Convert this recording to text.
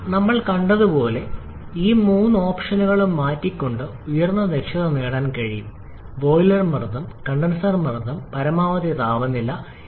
എന്നാൽ നമ്മൾ കണ്ടതുപോലെ ഈ മൂന്ന് ഓപ്ഷനുകളും മാറ്റിക്കൊണ്ട് ഉയർന്ന ദക്ഷത നേടാൻ കഴിയും ബോയിലർ മർദ്ദം കണ്ടൻസർ മർദ്ദം പരമാവധി താപനില